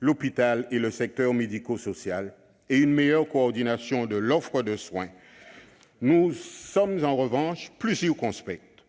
l'hôpital et le secteur médico-social, et une meilleure coordination de l'offre de soins. Nous sommes en revanche plus circonspects